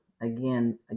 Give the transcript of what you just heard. Again